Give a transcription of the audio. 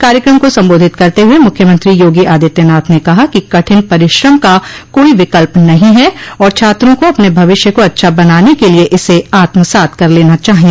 कार्यकम को सम्बोधित करते हुए मुख्यमंत्री योगी आदित्यनाथ ने कहा कि कठिन परिश्रम का कोई विकल्प नहीं है और छात्रों को अपने भविष्य को अच्छा बनाने के लिए इसे आत्मसात कर लेना चाहिए